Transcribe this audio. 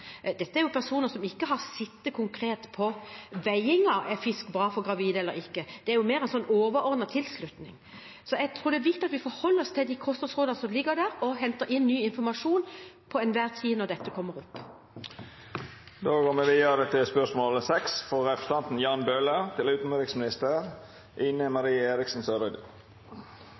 er personer som ikke har sittet konkret på avveiningen om hvorvidt fisk er bra for gravide eller ikke. Det er mer en overordnet tilslutning. Jeg tror det er viktig at vi forholder oss til de kostholdsrådene som ligger der, og til enhver tid henter inn ny informasjon når dette kommer opp. Jeg tillater meg å stille følgende spørsmål til utenriksministeren: «En barnefar fra